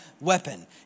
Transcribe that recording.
weapon